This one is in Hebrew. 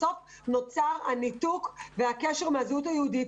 בסוף נוצר הניתוק מהקשר מהזהות היהודית